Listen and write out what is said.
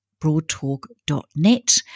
broadtalk.net